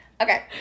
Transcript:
Okay